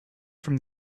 from